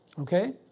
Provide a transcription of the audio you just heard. okay